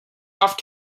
off